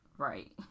Right